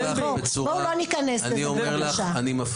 בואו לא ניכנס לזה בבקשה.